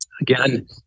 Again